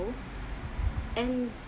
and